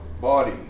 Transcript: body